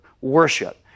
worship